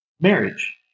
marriage